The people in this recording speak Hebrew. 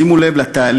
שימו לב לתהליך,